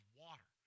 water